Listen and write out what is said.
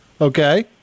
Okay